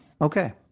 Okay